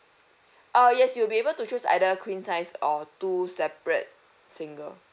uh yes you'll be able to choose either queen size or two separate single